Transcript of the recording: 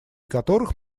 которых